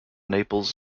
naples